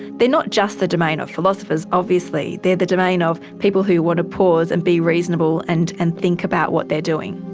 they are not just the domain of philosophers obviously, they are the domain of people who want to pause and be reasonable and and think about what they are doing.